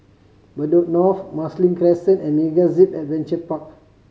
Bedok North Marsiling Crescent and MegaZip Adventure Park